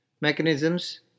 mechanisms